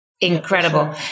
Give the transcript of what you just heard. Incredible